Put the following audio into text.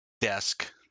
Desk